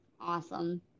awesome